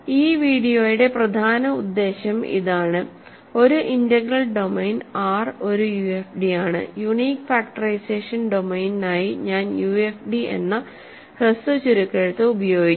ഈ വീഡിയോയുടെ പ്രധാന ഉദ്ദേശം ഇതാണ് ഒരു ഇന്റഗ്രൽ ഡൊമെയ്ൻ R ഒരു യുഎഫ്ഡിയാണ് യുണീക് ഫാക്ടറൈസേഷൻ ഡൊമെയ്നിനായി ഞാൻ യുഎഫ്ഡി എന്ന ഹ്രസ്വ ചുരുക്കെഴുത്ത് ഉപയോഗിക്കും